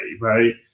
right